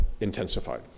intensified